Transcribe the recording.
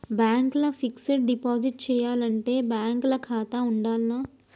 Bank ల fixed deposit చేయాలంటే bank ల ఖాతా ఉండాల్నా?